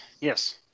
Yes